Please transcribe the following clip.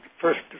first